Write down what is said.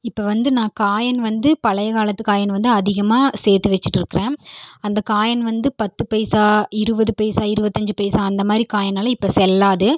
இப்போ வந்து நான் காயின் வந்து பழைய காலத்து காயின் வந்து அதிகமாக சேர்த்து வச்சுட்ருக்குறேன் அந்த காயின் வந்து பத்து பைசா இருபது பைசா இருபத்தஞ்சு பைசா அந்தமாதிரி காயினெல்லாம் இப்போ செல்லாது